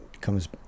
comes